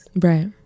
right